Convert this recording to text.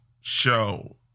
show